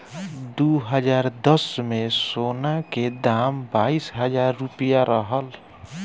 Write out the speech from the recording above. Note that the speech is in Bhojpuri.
दू हज़ार दस में, सोना के दाम बाईस हजार रुपिया रहल